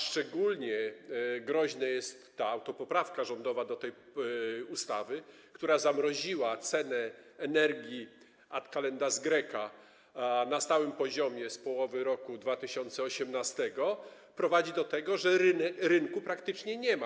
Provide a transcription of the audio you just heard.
Szczególnie groźna jest autopoprawka rządowa do tej ustawy, która zamroziła ceny energii ad calendas graecas na stałym poziomie z połowy roku 2018, co prowadzi do tego, że rynku praktycznie nie ma.